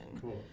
Cool